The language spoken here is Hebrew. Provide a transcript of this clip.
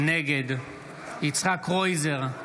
נגד יצחק קרויזר,